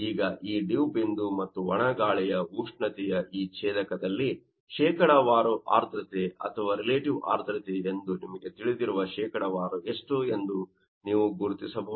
ಈಗ ಈ ಡಿವ್ ಬಿಂದು ಮತ್ತು ಒಣ ಗಾಳಿಯ ಉಷ್ಣತೆಯ ಈ ಛೇದಕದಲ್ಲಿ ಶೇಕಡಾವಾರು ಆರ್ದ್ರತೆ ಅಥವಾ ರಿಲೇಟಿವ್ ಆರ್ದ್ರತೆ ಎಂದು ನಿಮಗೆ ತಿಳಿದಿರುವ ಶೇಕಡಾವಾರು ಎಷ್ಟು ಎಂದು ನೀವು ಗುರುತಿಸಬಹುದು